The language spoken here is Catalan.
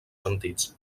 sentits